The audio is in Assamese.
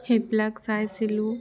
সেইবিলাক চাইছিলো